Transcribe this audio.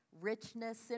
richness